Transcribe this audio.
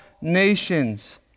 nations